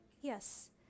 Yes